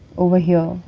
over here,